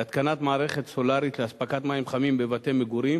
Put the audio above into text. להתקנת מערכת סולרית לאספקת מים חמים בבתי-מגורים